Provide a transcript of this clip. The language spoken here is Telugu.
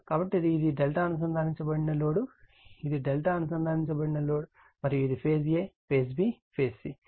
కాబట్టి ఇది Δ అనుసందానించబడిన లోడ్ ఇది Δ అనుసందానించబడిన లోడ్ మరియు ఇది phase a phase b phase c